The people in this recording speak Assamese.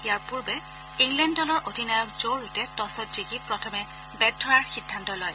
ইয়াৰ পূৰ্বে ইংলেণ্ড দলৰ অধিনায়ক জ' ৰুটে টছত জিকি প্ৰথমে বেট ধৰাৰ সিদ্ধান্ত লয়